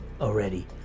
already